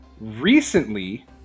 recently